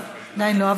לא, לא, עדיין לא.